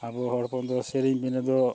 ᱟᱵᱚ ᱦᱚᱲ ᱦᱚᱯᱚᱱᱫᱚ ᱥᱮᱨᱮᱧ ᱵᱤᱱᱟᱹ ᱫᱚ